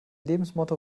lebensmotto